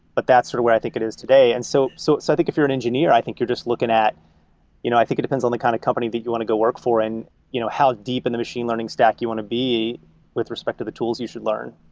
but that's sort of what i think it is today. and so so i so think if you're an engineer, i think you're just looking at you know i think it depends on the kind of company that you want to go work for and you know how deep in the machine learning stack you want to be with respect to the tools you should learn.